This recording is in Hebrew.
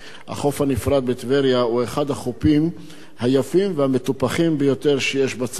החוף הנפרד בטבריה הוא אחד החופים היפים והמטופחים ביותר שיש בצפון,